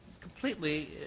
completely